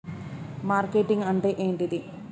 Marketing అంటే ఏంటిది?